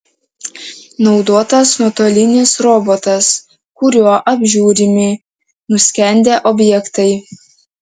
naudotas nuotolinis robotas kuriuo apžiūrimi nuskendę objektai